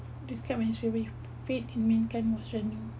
describe an experience faith in mankind was remove